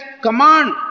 command